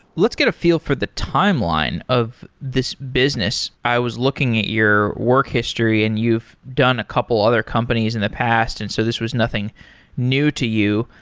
let's get a feel for the timeline of this business. i was looking at your work history and you've done a couple of other companies in the past, and so this was nothing new to you.